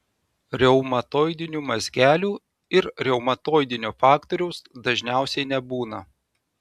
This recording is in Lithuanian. reumatoidinių mazgelių ir reumatoidinio faktoriaus dažniausiai nebūna